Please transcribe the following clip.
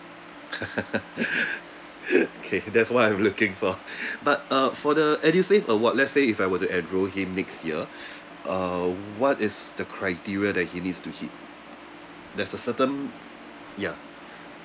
okay that's why I'm looking for but uh for the edusave award let's say if I were to enrol him next year uh what is the criteria that he needs to hit there's a certain ya